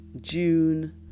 June